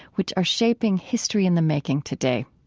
which are shaping history in the making today.